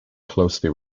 closely